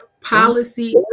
policy